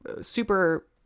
super